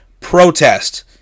Protest